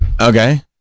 Okay